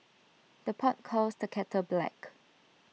the pot calls the kettle black